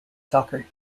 soccer